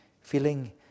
feeling